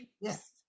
Yes